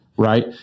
right